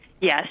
yes